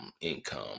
income